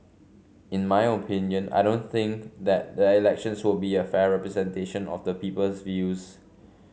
in my opinion I don't think that the elections will be a fair representation of the people's views